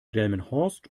delmenhorst